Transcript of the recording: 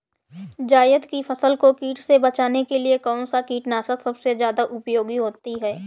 जायद की फसल को कीट से बचाने के लिए कौन से कीटनाशक सबसे ज्यादा उपयोगी होती है?